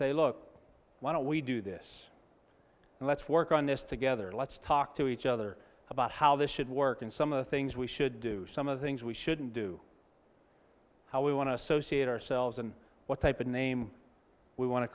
say look why don't we do this and let's work on this together let's talk to each other about how this should work and some of the things we should do some of things we shouldn't do how we want to associate ourselves and what type of name we want to